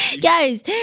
Guys